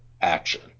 action